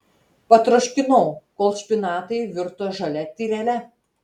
patroškinau kol špinatai virto žalia tyrele